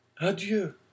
Adieu